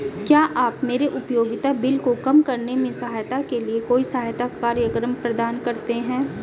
क्या आप मेरे उपयोगिता बिल को कम करने में सहायता के लिए कोई सहायता कार्यक्रम प्रदान करते हैं?